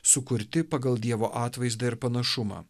sukurti pagal dievo atvaizdą ir panašumą